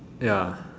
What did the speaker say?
ya